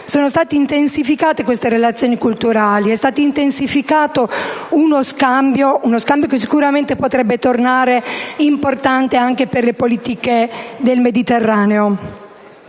fondazione di scuole, queste relazioni culturali. È stato intensificato uno scambio, che sicuramente potrebbe tornare importante anche per le politiche del Mediterraneo